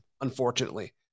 unfortunately